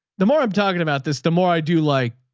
the more i'm talking about this, the more i do, like,